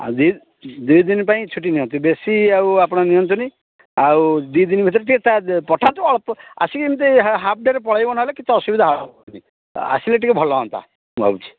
ଆଉ ଦୁଇଦିନ ପାଇଁ ଛୁଟି ନିଅନ୍ତୁ ବେଶୀ ଆଉ ଆପଣ ନିଅନ୍ତୁନି ଆଉ ଦୁଇ ଦିନ ଭିତରେ ତା ପଠାନ୍ତୁ ଆଉ ଆସିକି ଏମିତି ହାପ୍ ଡେରେ ପଳାଇବ ନହେଲେ କିଛି ଅସୁବିଧା ହେବନି ଆସିଲେ ଟିକେ ଭଲ ହୁଅନ୍ତା ମୁଁ ଭାବୁଛି